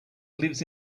lives